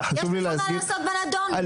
יש לך מה לעשות בנדון?